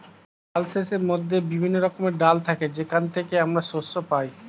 পালসেসের মধ্যে বিভিন্ন রকমের ডাল থাকে যেখান থেকে আমরা শস্য পাই